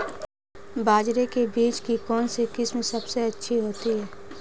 बाजरे के बीज की कौनसी किस्म सबसे अच्छी होती है?